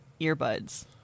earbuds